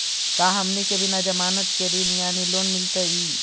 का हमनी के बिना जमानत के ऋण यानी लोन मिलतई?